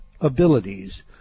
abilities